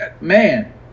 man